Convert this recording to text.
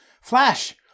Flash